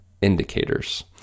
indicators